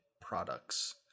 products